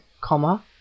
comma